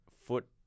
foot